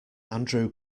andrew